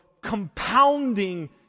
compounding